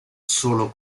solo